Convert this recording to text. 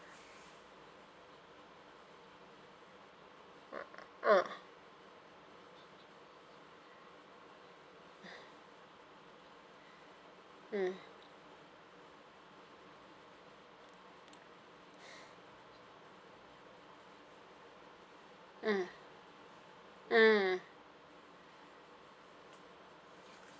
ah mm mm mm